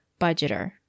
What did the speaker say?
budgeter